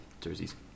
jerseys